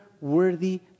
worthy